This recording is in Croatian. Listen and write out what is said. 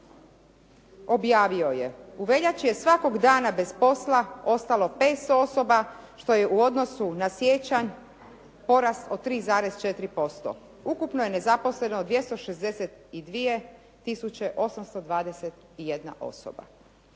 objavio je, u veljači je svakog dana bez posla ostalo 500 osoba, što je u odnosu na siječanj porast od 3,4%. Ukupno je nezaposleno 262 821 osoba.